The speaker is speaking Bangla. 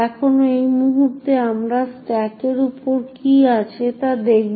এখন এই মুহুর্তে আমরা স্ট্যাকের উপর কী আছে তা দেখব